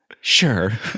Sure